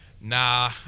nah